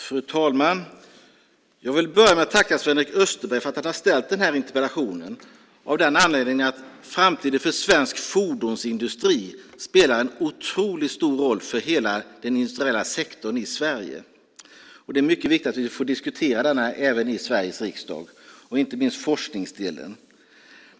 Fru talman! Jag börjar med att tacka Sven-Erik Österberg för att han har ställt denna interpellation av den anledningen att framtiden för svensk fordonsindustri spelar en otroligt stor roll för hela den industriella sektorn i Sverige. Det är mycket viktigt att vi får diskutera denna även i Sveriges riksdag, inte minst forskningsdelen.